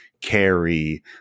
carry